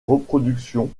reproductions